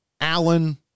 Allen